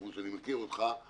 כמו שאני מכיר אותך,